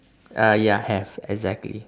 uh ya have exactly